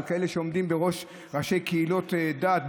על כאלה שעומדים בראש קהילות דת,